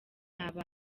aba